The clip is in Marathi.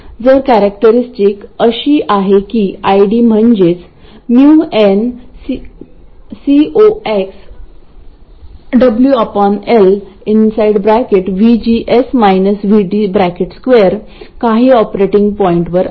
तर कॅरेक्टरस्टिक अशी आहे की ID म्हणजेच µnCoxWL2 काही ऑपरेटिंग पॉईंटवर आहे